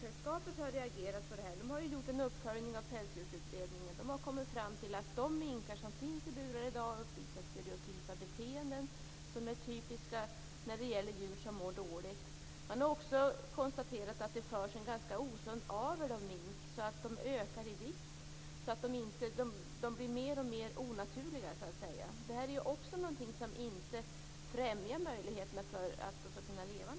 Vissa regler för rävuppfödningen har diskuterats, men det är inget prioriterat område. Har det ändrats på de här månaderna? Kommer det något förslag ganska snart? Nu har jordbruksministern chansen att tala om det för oss här i dag.